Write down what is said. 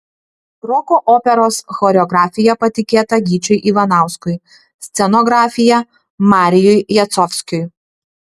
roko operos choreografija patikėta gyčiui ivanauskui scenografija marijui jacovskiui